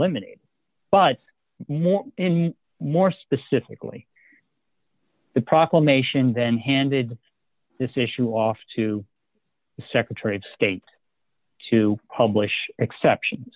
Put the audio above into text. limited but more and more specifically the proclamation then handed this issue off to the secretary of state to publish exceptions